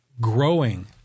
growing